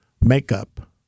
makeup